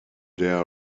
der